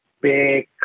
big